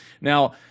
Now